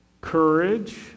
Courage